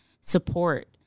support